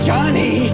Johnny